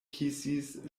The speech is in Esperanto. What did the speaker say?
kisis